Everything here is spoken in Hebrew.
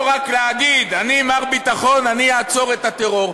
לא רק להגיד: אני מר ביטחון, אני אעצור את הטרור.